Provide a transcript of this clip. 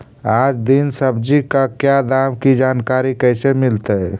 आज दीन सब्जी का क्या दाम की जानकारी कैसे मीलतय?